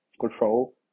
control